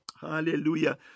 Hallelujah